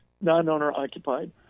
non-owner-occupied